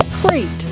great